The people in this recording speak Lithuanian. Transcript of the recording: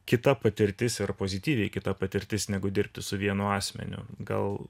kita patirtis ir pozityviai kita patirtis negu dirbti su vienu asmeniu gal